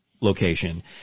location